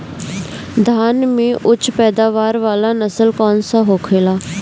धान में उच्च पैदावार वाला नस्ल कौन सा होखेला?